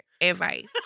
advice